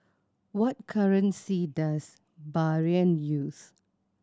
what currency does Bahrain use